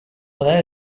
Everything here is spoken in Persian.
هنر